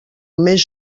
més